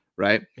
Right